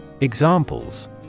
Examples